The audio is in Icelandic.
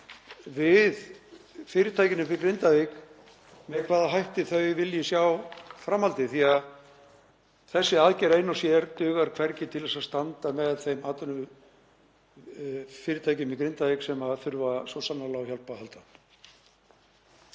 við fyrirtækin upp í Grindavík um með hvaða hætti þau vilji sjá framhaldið því að þessi aðgerð ein og sér dugar hvergi til að standa með þeim fyrirtækjum í Grindavík sem þurfa svo sannarlega á hjálp að halda.